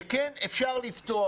וכן, אפשר לפתוח.